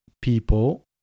people